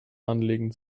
anlegen